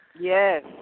Yes